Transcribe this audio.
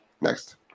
Next